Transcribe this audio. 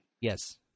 Yes